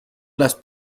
las